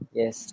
yes